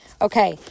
Okay